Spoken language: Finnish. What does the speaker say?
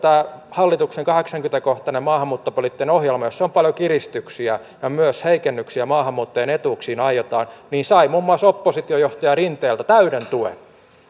hallituksen kahdeksankymmentä kohtainen maahanmuuttopoliittinen ohjelma jossa on paljon kiristyksiä ja myös heikennyksiä maahanmuuttajien etuuksiin aiotaan sai muun muassa oppositiojohtaja rinteeltä täyden tuen